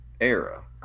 era